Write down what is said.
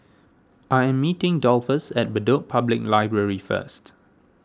I am meeting Dolphus at Bedok Public Library first